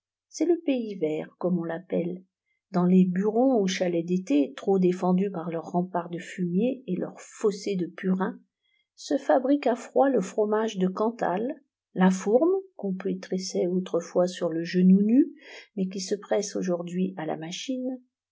c'est le pays vert comme on l'appelle dans les burons ou chalets d'été trop défendus par leurs remparts de fumiers et leurs fossés de purin se fabrique à froid le fromage de cantal la fourme qu'on pétrissait autrefois sous le genou nu mais qui se presse aujourd'hui à la machine